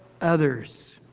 others